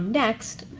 next,